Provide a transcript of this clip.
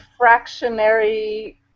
fractionary